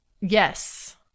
yes